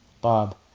Bob